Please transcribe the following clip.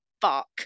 fuck